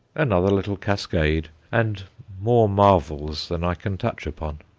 another little cascade, and more marvels than i can touch upon.